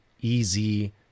easy